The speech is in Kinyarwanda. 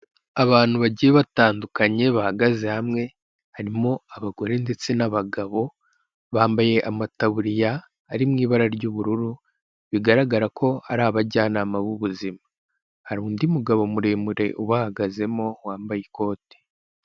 Abantu bagiye batandukanye bahagaze hamwe, harimo abagore ndetse n'abagabo, bambaye amataburiya ari mu ibara ry'ubururu, bigaragara ko ari abajyanama b'ubuzima. Hari undi mugabo muremure ubahagazemo wambaye ikote.